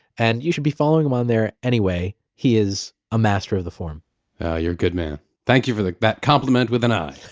and you should be following him on there anyway, he is a master of the form you're a good man. thank you for like that compliment with an i.